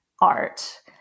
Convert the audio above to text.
art